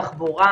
תחבורה,